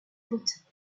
côtes